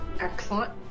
Excellent